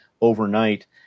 overnight